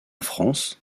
france